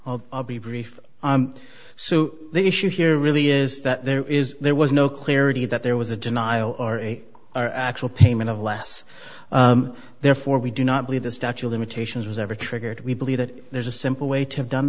think i'll be brief so the issue here really is that there is there was no clarity that there was a denial or a our actual payment of less therefore we do not believe the statue of limitations was ever triggered we believe that there's a simple way to have done